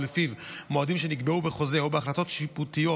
ולפיו מועדים שנקבעו בחוזה או בהחלטות שיפוטיות